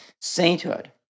sainthood